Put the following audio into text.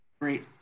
Great